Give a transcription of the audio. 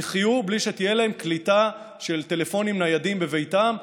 יחיו בלי שתהיה להם קליטה של טלפונים ניידים בביתם,